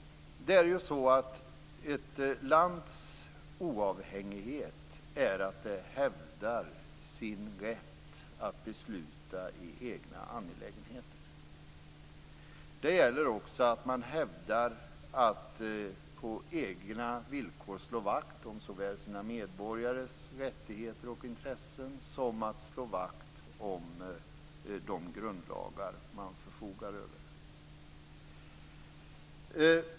Ett lands oavhängighet är att det hävdar sin rätt att besluta i egna angelägenheter. Det gäller också att man hävdar rätten att på egna villkor slå vakt om såväl sina medborgares rättigheter och intressen som de grundlagar man förfogar över.